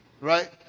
right